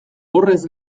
horrez